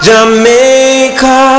Jamaica